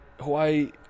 Hawaii